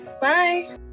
bye